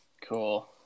Cool